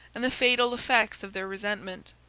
and the fatal effects of their resentment.